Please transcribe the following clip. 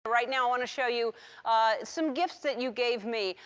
right now i want to show you some gifts that you gave me.